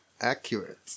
accurate